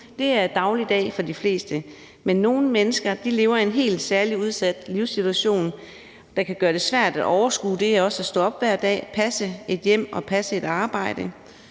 penge er dagligdag for de fleste, men nogle mennesker lever i en helt særlig udsat livssituation, der kan gøre det svært at overskue det at stå op hver dag, passe et hjem og passe et arbejde.